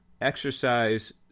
exercise